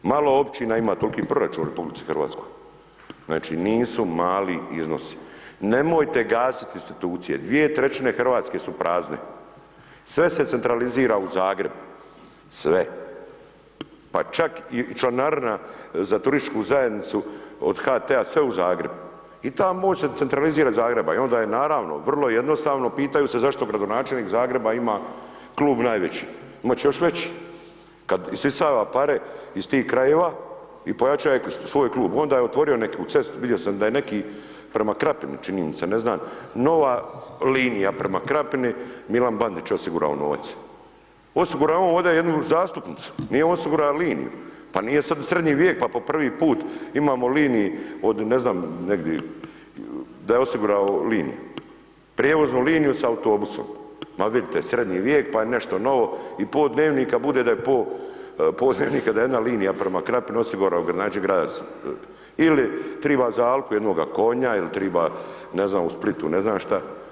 Malo općina ima toliki proračun u RH, znači, nisu mali iznosi, nemojte gasiti institucije, 2/3 RH su prazne, sve se centralizira u Zagreb, sve, pa čak i članarina za turističku zajednicu od HT-a, sve u Zagreb i ta moć se centralizira iz Zagreba i onda je, naravno, vrlo jednostavno, pitaju se zašto gradonačelnik Zagreba ima klub najveći, imati će još veći, kad isisava pare iz tih krajeva i pojačaje svoj klub, onda je otvorio neku cestu, vidio sam da je neki prema Krapini čini mi se, ne znam, nova linija prema Krapini, Milan Bandić osigurao novac, osigurao je on ovdje jednu zastupnicu, nije osigurao liniju, pa nije sada Srednji vijek, pa po prvi put imamo liniju od, ne znam, negdi, da je osigurao liniju, prijevoznu liniju sa autobusom, ma vidite, Srednji vijek, pa je nešto novo i po Dnevnika bude da jedna linija prema Krapini osigurala… [[Govornik se ne razumije]] Graz ili triba za Alku jednoga konja ili triba ne znam u Splitu ne znam šta.